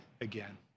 again